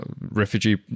refugee